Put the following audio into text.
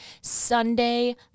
Sunday